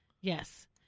Yes